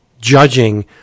judging